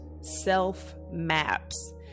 self-maps